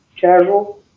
casual